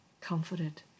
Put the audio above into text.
comforted